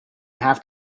have